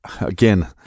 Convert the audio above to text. again